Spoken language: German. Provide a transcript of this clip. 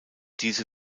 diese